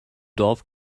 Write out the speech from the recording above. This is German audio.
dorf